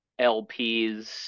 LPs